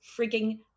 frigging